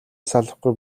салахгүй